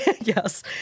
Yes